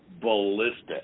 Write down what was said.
ballistic